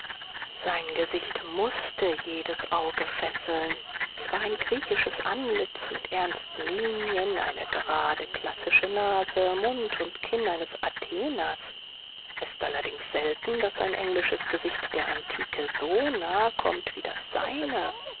sein gesicht mußte jedes auge fesseln es war ein griechisches antlitz mit ernsten linien eine gerade klassische nase mund und kinn eines atheners es ist allerdings selten daß ein englisches gesicht der antike so nahe kommt wie das seine